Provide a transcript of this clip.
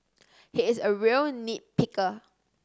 he is a real nit picker